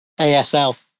ASL